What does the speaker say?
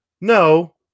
No